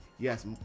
Yes